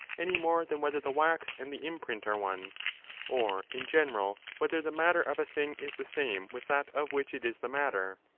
any more than whether the wax and the imprint are one or, in general, whether the matter of a thing is the same with that of which it is the matter.